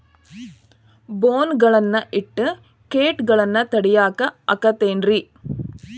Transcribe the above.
ಬೋನ್ ಗಳನ್ನ ಇಟ್ಟ ಕೇಟಗಳನ್ನು ತಡಿಯಾಕ್ ಆಕ್ಕೇತೇನ್ರಿ?